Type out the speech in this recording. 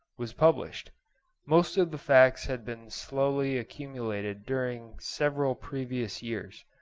was published most of the facts had been slowly accumulated during several previous years.